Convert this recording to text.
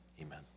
Amen